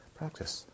practice